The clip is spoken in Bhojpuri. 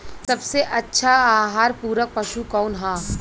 सबसे अच्छा आहार पूरक पशु कौन ह?